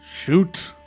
shoot